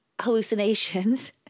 hallucinations